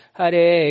Hare